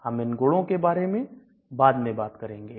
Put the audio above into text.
हम इन गुणों के बारे में बाद में बात करेंगे